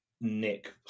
nick